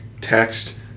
text